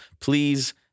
please